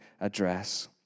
address